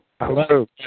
Hello